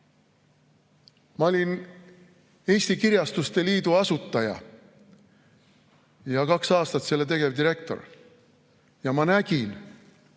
Ma olin Eesti Kirjastuste Liidu asutaja ja kaks aastat selle tegevdirektor ning nägin,